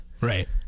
Right